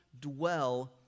dwell